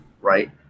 right